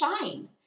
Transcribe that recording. shine